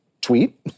tweet